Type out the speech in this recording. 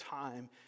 time